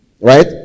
Right